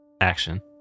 Action